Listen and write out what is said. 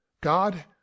God